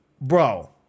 Bro